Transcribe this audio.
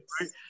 right